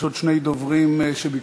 יש עוד שני דוברים שביקשו.